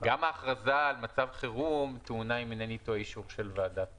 גם ההכרזה על מצב חירום טעונה אם אינני טועה אישור של ועדת